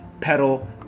pedal